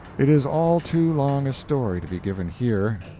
it is all too long a story to be given here.